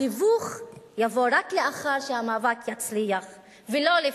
התיווך יבוא רק לאחר שהמאבק יצליח ולא לפני.